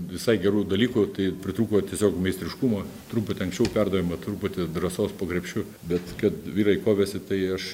visai gerų dalykų tai pritrūko tiesiog meistriškumo truputį anksčiau perdavimo truputį drąsos po krepšiu bet kad vyrai kovėsi tai aš